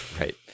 Right